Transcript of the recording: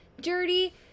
dirty